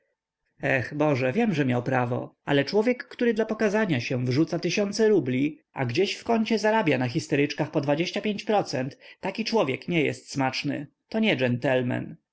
boże wiem że miał prawo ale człowiek który dla pokazania się wyrzuca tysiące rubli a gdzieś w kącie zarabia na histeryczkach po dwadzieścia pięć procent taki człowiek nie jest smaczny to nie